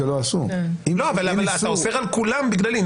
אתה אוסר על כולם בגללי.